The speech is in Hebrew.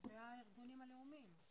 והארגונים הלאומיים.